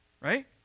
Right